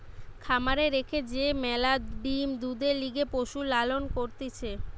খামারে রেখে যে ম্যালা ডিম্, দুধের লিগে পশুর লালন করতিছে